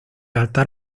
altar